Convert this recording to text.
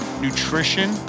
Nutrition